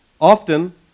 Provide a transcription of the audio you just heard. often